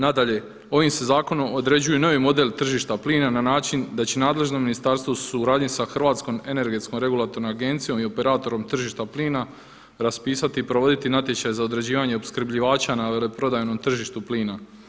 Nadalje, ovim se zakonom određuje novi model tržišta plina na način da će nadležno ministarstvo u suradnji sa Hrvatskom energetskom regulatornom agencijom i operatorom tržišta plina raspisati provoditi natječaj za određivanje opskrbljivača na veleprodajnom tržištu plina.